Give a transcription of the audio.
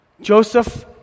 Joseph